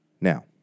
Now